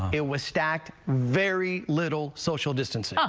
it was stacked very little social distancing. um